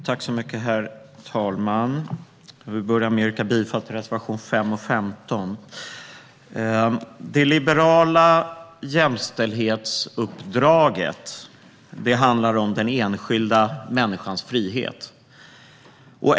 Herr talman! Jag vill börja med att yrka bifall till reservationerna 5 och 15. Det liberala jämställdhetsuppdraget handlar om den enskilda människans frihet.